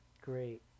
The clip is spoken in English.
great